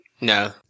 No